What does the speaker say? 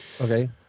Okay